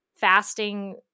fasting